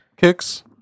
kicks